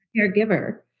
caregiver